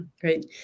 great